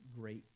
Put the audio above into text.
great